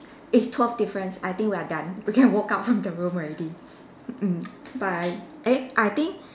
it's twelve difference I think we are done we can walk out from the room already mm bye eh I think